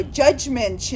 judgment